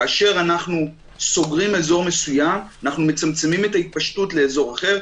כאשר אנחנו סוגרים אזור מסוים אנחנו מצמצמים את ההתפשטות לאזור אחר,